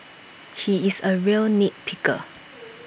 he is A real nit picker